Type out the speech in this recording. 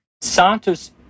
Santos